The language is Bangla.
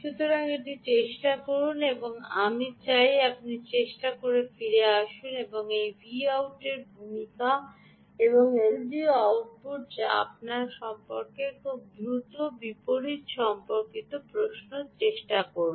সুতরাং এটি চেষ্টা করুন আমি চাই আপনি চেষ্টা করে ফিরে আসুন এবং ভাউটের ভূমিকা এবং এই এলডিও আউটপুট যা আপনার খুব দ্রুত জানতে হবে সে সম্পর্কে বিপরীত সম্পর্কিত প্রশ্ন জিজ্ঞাসা করুন